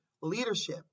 leadership